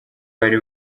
bari